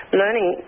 learning